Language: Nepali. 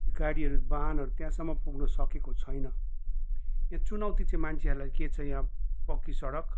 गाडीहरू वाहनहरू त्यहाँसम्म पुग्नु सकेको छैन ए चुनौती चाहिँ मान्छेहरूलाई के छ यहाँ पक्का सडक